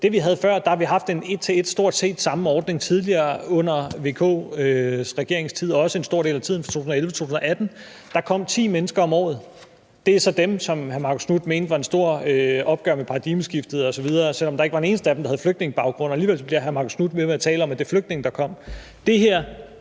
vi havde før, har vi stort set en til en samme ordning som den, vi havde tidligere i VK's regeringstid og også i en stor del af tiden 2011-2018. Der kom ti mennesker om året. Det er så dem, som hr. Marcus Knuth mente var et stort opgør med paradigmeskiftet osv. Selv om der ikke var en eneste af dem, der havde flygtningebaggrund, bliver hr. Marcus Knuth alligevel ved med at tale om, at det er flygtninge, der kom.